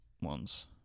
ones